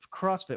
CrossFit